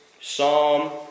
Psalm